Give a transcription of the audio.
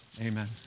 Amen